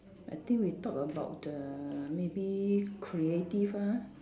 I think we talk about the maybe creative ah